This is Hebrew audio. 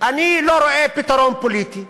אני לא רואה פתרון פוליטי.